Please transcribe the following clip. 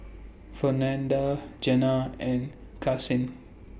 Fernanda Jana and Karsyn